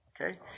Okay